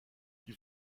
die